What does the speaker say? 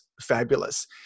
fabulous